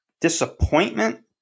disappointment